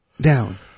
Down